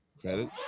credit